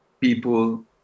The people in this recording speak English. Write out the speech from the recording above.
people